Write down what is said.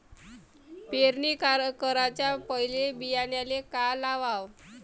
पेरणी कराच्या पयले बियान्याले का लावाव?